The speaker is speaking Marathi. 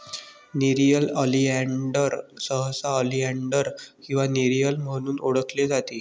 नेरियम ऑलियान्डर सहसा ऑलियान्डर किंवा नेरियम म्हणून ओळखले जाते